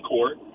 Court